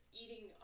eating